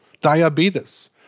Diabetes